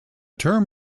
term